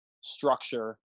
structure